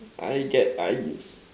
I get I give